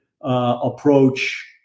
approach